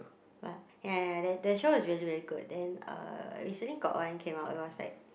but ya ya ya that show is really very good then uh recently got one came out it was like